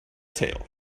tail